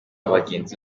bagenzi